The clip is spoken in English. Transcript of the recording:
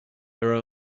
there